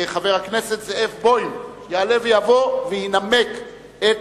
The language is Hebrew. חבר הכנסת זאב בוים יעלה ויבוא וינמק את